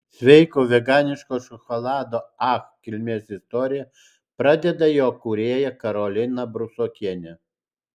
sveiko veganiško šokolado ach kilmės istoriją pradeda jo kūrėja karolina brusokienė